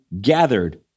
gathered